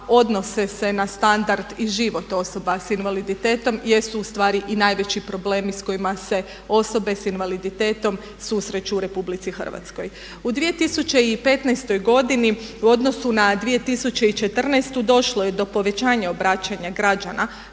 odnose se na standard i život osoba s invaliditetom jesu ustvari i najveći problemi s kojima se osobe s invaliditetom susreću u RH. U 2015. godini u odnosu na 2014. došlo je do povećanja obraćanja građana